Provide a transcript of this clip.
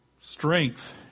Strength